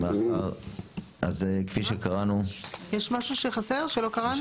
יש משהו שחסר, שלא קראנו?